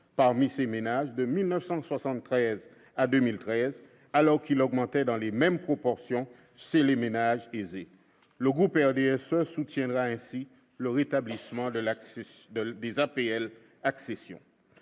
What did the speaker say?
diminué de 53 % entre 1973 et 2013, alors qu'il a augmenté dans les mêmes proportions chez les ménages aisés. Le groupe du RDSE soutiendra ainsi le rétablissement des APL-accession.